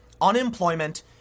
unemployment